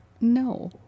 no